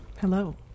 Hello